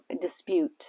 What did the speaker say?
dispute